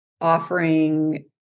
offering